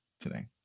today